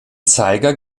zeiger